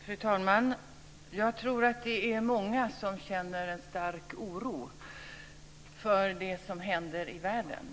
Fru talman! Jag tror att det är många som känner en stark oro för det som händer i världen.